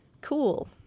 Cool